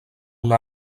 una